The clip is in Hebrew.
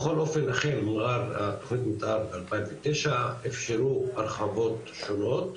בכל אופן לכן במע'אר התוכנית מתאר 2009 אפשרו הרחבות שונות,